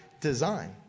design